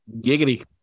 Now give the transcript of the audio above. Giggity